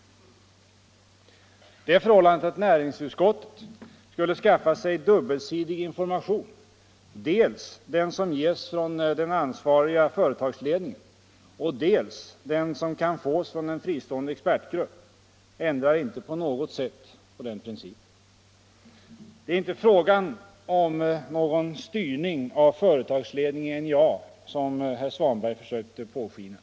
Det förhållandet att näringsutskottet skulle skaffa sig dubbelsidig information, dels den som ges från den ansvariga företagsledningen, dels den som kan fås från en fristående expertgrupp, ändrar inte på något sätt på den principen. Det är inte fråga om någon styrning av företagsledningen i NJA, som herr Svanberg försökte låta påskina.